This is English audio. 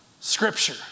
scripture